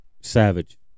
Savage